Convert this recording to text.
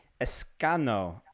Escano